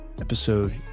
Episode